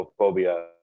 homophobia